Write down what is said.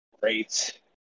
great